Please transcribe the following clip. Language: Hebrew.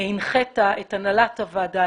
הנחית את הנהלת הוועדה,